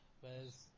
Whereas